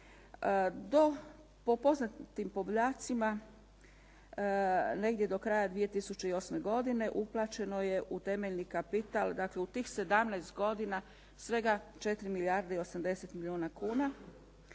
Po poznatim podacima negdje do kraja 2008. godine uplaćeno je u temeljni kapital, dakle u tih 17 godina svega 4 milijarde i 80 milijuna kuna,